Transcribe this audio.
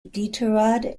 iditarod